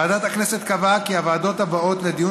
ועדת הכנסת קבעה את הוועדות הבאות לדיון